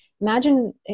Imagine